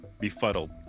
befuddled